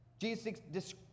Jesus